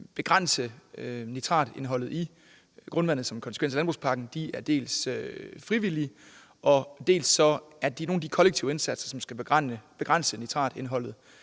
begrænse nitratindholdet i grundvandet som en konsekvens af landbrugspakken, frivillige, dels er der nogle af de kollektive indsatser, som skal begrænse nitratindholdet,